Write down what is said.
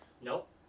Nope